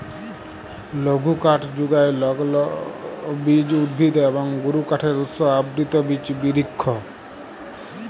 লঘুকাঠ যুগায় লগ্লবীজ উদ্ভিদ এবং গুরুকাঠের উৎস আবৃত বিচ বিরিক্ষ